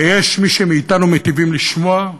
ויש מי מאתנו שמיטיבים לשמוע,